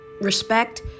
respect